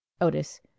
Otis